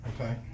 Okay